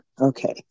okay